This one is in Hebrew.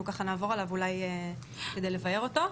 אנחנו נעבור עליו כדי לבאר אותו.